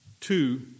Two